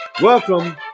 Welcome